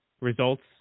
results